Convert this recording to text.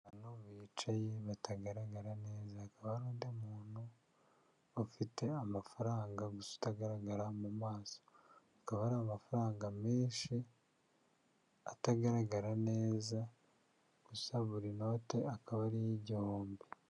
Abantu bicaye batagaragara neza, hakaba hari undi muntu ufite amafaranga gusa utagaragara mu maso, hakaba hari amafaranga menshi atagaragara neza gusa buri noti akaba ari iy'igihumbi.